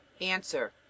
Answer